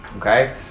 Okay